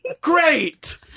Great